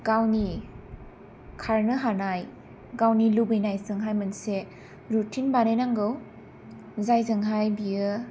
गावनि खारनो हानाय गावनि लुबैनायजोंहाय मोनसे रुटिन बानायनांगौ जायजोंहाय बियो